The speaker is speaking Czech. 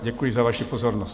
Děkuji za vaši pozornost.